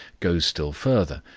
goes still further,